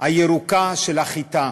הירוקה של החיטה.